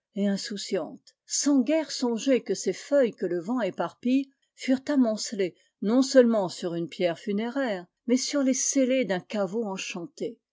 insouciante sans guère songer que ces feuilles que le vent éparpille furent amoncelées non seulement sur une pierre funéraire mais sur les scellés d'un caveau enchanté